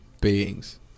beings